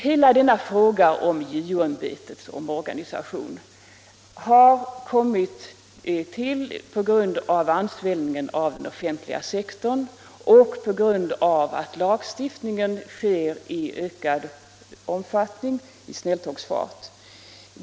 Hela denna fråga om JO-ämbetets omorganisation har kommit till på grund av ansvällningen av den offentliga sektorn och på grund av att lagstiftningen i ökad omfattning nu sker i snälltågsfart.